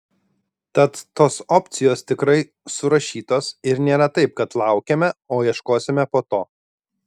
tad tos opcijos tikrai surašytos ir nėra taip kad laukiame o ieškosime po to